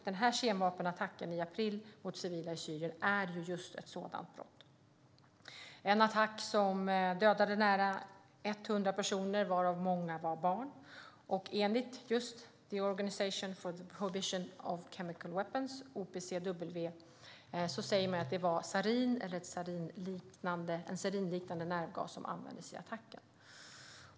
Kemvapenattacken i april mot civila i Syrien är just ett sådant brott. Vid attacken dödades närmare 100 personer, varav många var barn. Enligt Organisation for the Prohibition of Chemical Weapons, OPCW, var det sarin eller en sarinliknande nervgas som användes vid attacken.